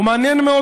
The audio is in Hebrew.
ומעניין מאוד,